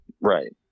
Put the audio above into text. Right